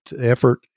effort